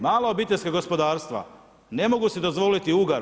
Mala obiteljska gospodarstva ne mogu si dozvoliti ugar.